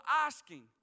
asking